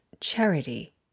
charity